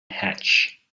hatch